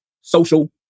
social